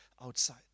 outside